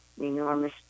enormous